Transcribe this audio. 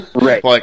Right